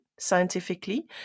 Scientifically